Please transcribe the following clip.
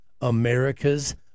America's